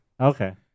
Okay